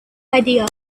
idea